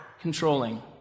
controlling